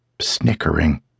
snickering